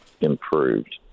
Improved